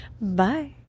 Bye